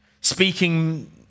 speaking